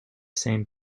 same